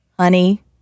Honey